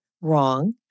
wrong